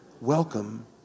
Welcome